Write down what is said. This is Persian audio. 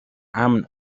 امن